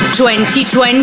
2020